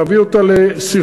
להביא אותה לסנכרון,